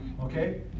okay